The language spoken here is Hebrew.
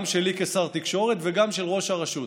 גם שלי כשר התקשורת וגם של ראש הרשות.